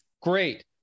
great